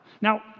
Now